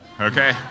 Okay